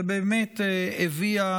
ובאמת הביאה,